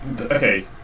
okay